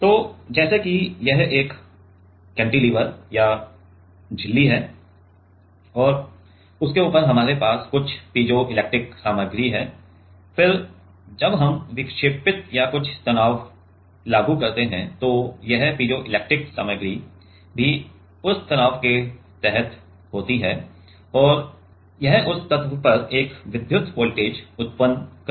तो जैसे कि यह एक कैंटीलीवर या झिल्ली है और उसके ऊपर हमारे पास कुछ पीजोइलेक्ट्रिक सामग्री है फिर जब हम विक्षेपित या कुछ तनाव लागू करते हैं तो यह पीजोइलेक्ट्रिक सामग्री भी उस तनाव के तहत होती है और यह उस तत्व पर एक विद्युत वोल्टेज उत्पन्न करेगी